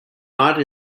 not